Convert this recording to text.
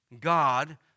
God